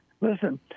listen